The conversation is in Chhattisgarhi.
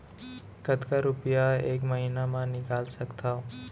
कतका रुपिया एक महीना म निकाल सकथव?